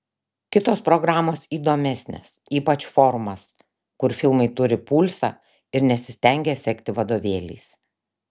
kitos programos įdomesnės ypač forumas kur filmai turi pulsą ir nesistengia sekti vadovėliais